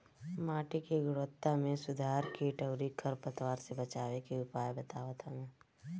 माटी के गुणवत्ता में सुधार कीट अउरी खर पतवार से बचावे के उपाय बतावत हवे